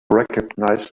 recognize